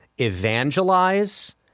evangelize